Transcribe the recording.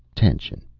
tension.